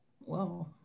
Wow